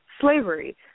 Slavery